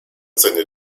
sinne